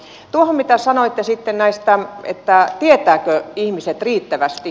tuohon mitä kysyitte sitten siitä tietävätkö ihmiset riittävästi